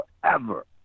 forever